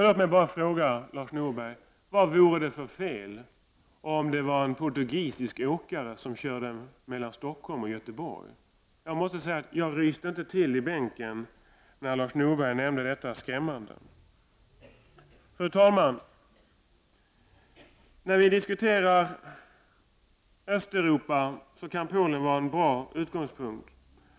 Låt mig bara fråga Lars Norberg: Vad vore det för fel om det var en portugisisk åkare som körde mellan Stockholm och Göteborg? Jag ryste inte till i bänken när Lars Norberg nämnde detta skrämmande. Fru talman! När vi diskuterar Östeuropa kan Polen vara en bra utgångspunkt.